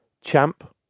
Champ